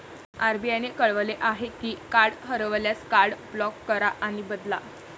RBI ने कळवले आहे की कार्ड हरवल्यास, कार्ड ब्लॉक करा आणि बदला